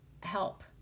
help